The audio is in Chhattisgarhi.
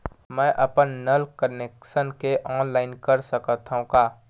मैं अपन नल कनेक्शन के ऑनलाइन कर सकथव का?